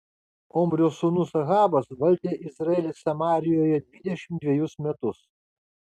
omrio sūnus ahabas valdė izraelį samarijoje dvidešimt dvejus metus